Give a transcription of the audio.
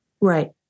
Right